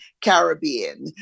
Caribbean